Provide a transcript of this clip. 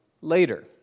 later